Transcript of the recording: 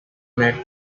made